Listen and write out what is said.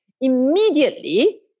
immediately